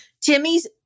Timmy's